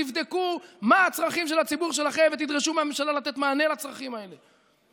תבדקו מה הצרכים של הציבור שלכם ותדרשו מהממשלה לתת מענה לצרכים האלה.